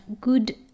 good